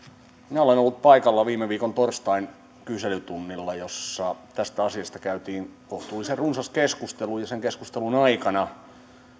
minä olen ollut paikalla viime viikon torstain kyselytunnilla jolla tästä asiasta käytiin kohtuullisen runsas keskustelu ja sen keskustelun aikana